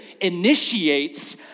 initiates